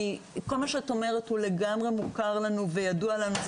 כל מה שאת אומרת הוא לגמרי מוכר וידוע לנו.